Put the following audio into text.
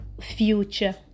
future